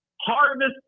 harvest